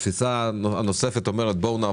כדי שבסופו של דבר לא ייווצרו לנו שלוש מדינות,